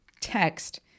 text